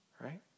right